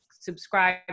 Subscribe